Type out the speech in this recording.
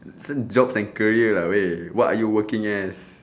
isn't jobs and career lah way what are you working as